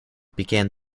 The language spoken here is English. began